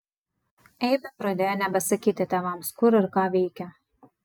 eibė pradėjo nebesakyti tėvams kur ir ką veikia